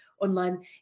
online